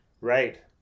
Right